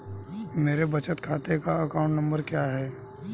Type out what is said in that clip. मेरे बचत खाते का अकाउंट नंबर क्या है?